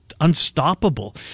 unstoppable